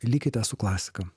likite su klasika